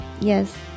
yes